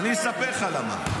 אני אספר לך למה.